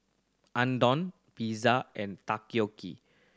Unadon Pizza and Takoyaki